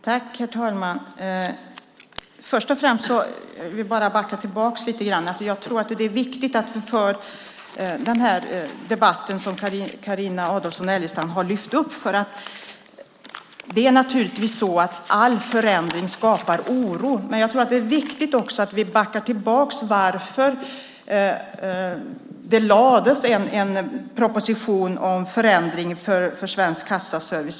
Herr talman! Först och främst vill jag backa tillbaka lite. Jag tror att det är viktigt för den debatt som Carina Adolfsson Elgestam har lyft upp. All förändring skapar naturligtvis oro, men det är också viktigt att vi backar tillbaka och ser på varför det lades fram en proposition om förändring för Svensk Kassaservice.